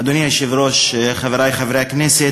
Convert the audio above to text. אדוני היושב-ראש, חברי חברי הכנסת,